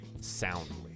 soundly